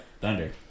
Thunder